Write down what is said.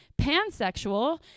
Pansexual